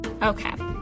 Okay